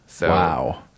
Wow